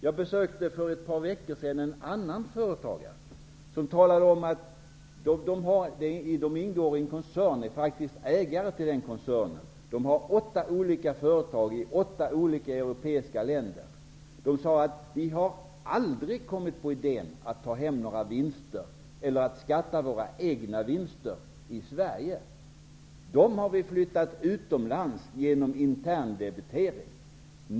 Jag besökte för ett par veckor sedan en annan företagare, i ett företag som är ägare till en koncern med åtta olika företag i åtta europeiska länder. Han talade om att de aldrig hade kommit på idén att ta hem några vinster eller att betala skatt för sina egna vinster i Sverige. Han sade: Dem har vi flyttat utomlands genom interndebitering.